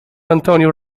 antonio